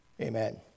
amen